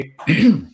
Okay